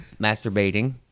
masturbating